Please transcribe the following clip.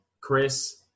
Chris